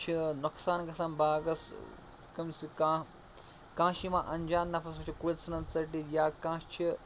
چھِ نۄقصان گَژھان باغَس کٔمۍسٕے کانٛہہ کانٛہہ چھُ یِوان اَنزان نَفر سُہ چھُ کُلۍ ژٕھنان ژَٹِتھ یا کانٛہہ چھِ